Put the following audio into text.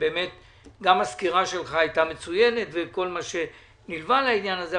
וגם הסקירה שלך הייתה מצוינת וכל מה שנלווה לעניין הזה,